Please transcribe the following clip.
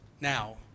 now